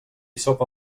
sopa